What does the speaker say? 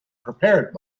prepared